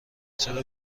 چرا